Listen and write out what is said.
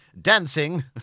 dancing